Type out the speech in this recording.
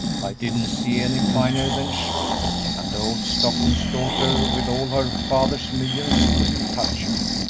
i didn't see any finer than she and old stockton's daughter, with all her father's millions, couldn't touch her!